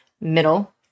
middle